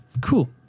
Cool